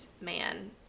man